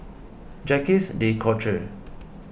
Jacques De Coutre